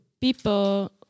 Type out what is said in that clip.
people